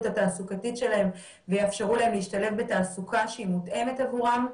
התעסוקתית שלהם ויאפשרו להם להשתלב בתעסוקה שהיא מותאמת עבורם.